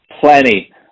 Plenty